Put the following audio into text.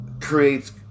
creates